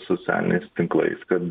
socialiniais tinklais kad